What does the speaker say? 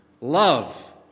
love